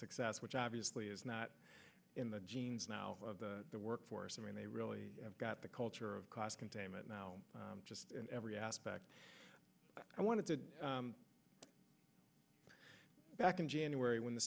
success which obviously is not in the genes now of the workforce i mean they really have got the culture of cost containment now just in every aspect i want to go back in january when the